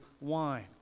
wine